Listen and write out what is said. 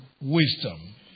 wisdom